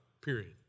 period